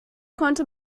konnte